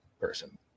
person